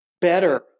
better